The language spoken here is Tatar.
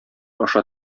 аша